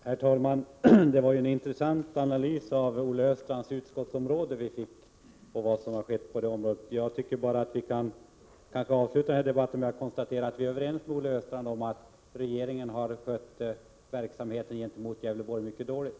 Herr talman! Det var en intressant analys vi fick av vad som har skett på Olle Östrands utskotts område. Jag tycker att vi kan avsluta denna debatt med att konstatera att vi är överens med Olle Östrand om att regeringen har 107 skött verksamheten gentemot Gävleborgs län mycket dåligt.